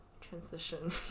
transition